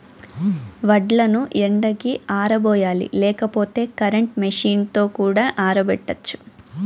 వడ్లను ఎండకి ఆరబోయాలి లేకపోతే కరెంట్ మెషీన్ తో కూడా ఆరబెట్టచ్చు